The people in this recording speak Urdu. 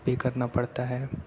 پے کرنا پڑتا ہے